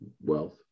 wealth